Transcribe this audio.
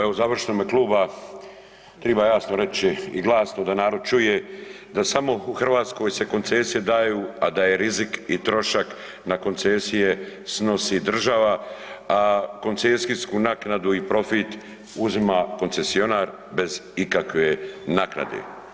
Evo završno u ime kluba, treba jasno reći i glasno da narod čuje, da samo u Hrvatskoj se koncesije daju a da je rizik i trošak na koncesije snosi država a koncesijsku naknadu i profit uzima koncesionar bez ikakve naknade.